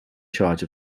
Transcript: charge